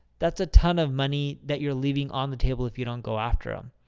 that's a ton of money that you're leaving on the table if you don't go after them.